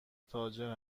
تاجر